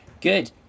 Good